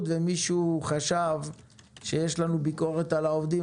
ומישהו חשב שיש לנו ביקורת על העובדים.